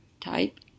type